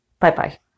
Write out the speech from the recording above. Bye-bye